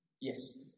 Yes